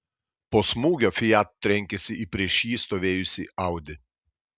po smūgio fiat trenkėsi į prieš jį stovėjusį audi